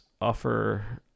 offer